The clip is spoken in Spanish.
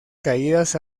caídas